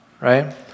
right